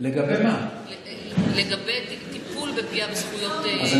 לגבי טיפול בפגיעה בזכויות, אז אין הצדקה.